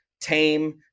tame